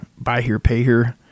buy-here-pay-here